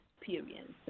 experience